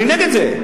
אני נגד זה.